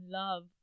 love